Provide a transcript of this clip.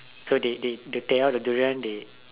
so they they the tear out the durian they